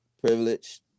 privileged